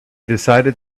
decided